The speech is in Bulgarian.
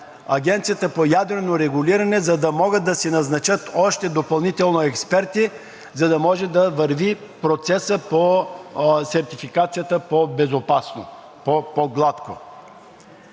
Агенцията по ядрено регулиране, за да могат да си назначат още допълнително експерти, за да върви процесът по сертифицирането по-безопасно, по-гладко.